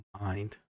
mind